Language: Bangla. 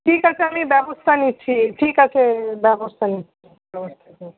ঠিক আছে আমি ব্যবস্থা নিচ্ছি ঠিক আছে ব্যবস্থা নিচ্ছি